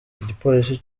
igipolisi